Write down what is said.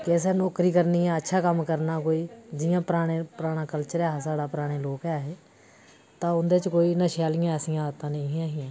कि असें नौकरी करनी ऐ अच्छा कम्म करना कोई जि'यां पराना कल्चर हा साढ़ा पराने लोक हे ते उं'दे कोई नशे आह्लियां ऐसी आदतां है नेईं हियां